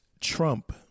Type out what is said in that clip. Trump